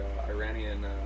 Iranian